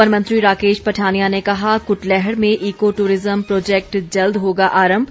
one मंत्री राकेश पठानिया ने कहा कुटलैहड़ में ईको टूरिज़्म प्रोजैक्ट जल्द होगा आरंभ